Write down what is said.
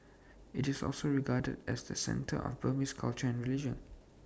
IT is also regarded as the centre of Burmese culture and religion